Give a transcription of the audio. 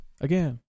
again